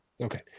Okay